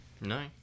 No